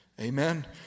Amen